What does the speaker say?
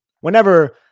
whenever